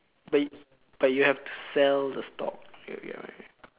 but but you have to sell the stock you get what I mean